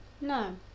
No